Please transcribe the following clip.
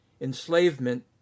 enslavement